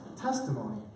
testimony